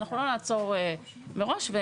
לא נעצור מראש,